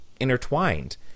Intertwined